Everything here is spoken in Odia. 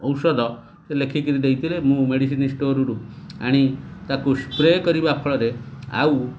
ଔଷଧ ସେ ଲେଖିକିରି ଦେଇଥିଲେ ମୁଁ ମେଡ଼ିସିନ ଷ୍ଟୋରରୁ ଆଣି ତାକୁ ସ୍ପ୍ରେ କରିବା ଫଳରେ ଆଉ